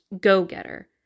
go-getter